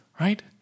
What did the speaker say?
right